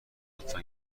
لطفا